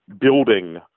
building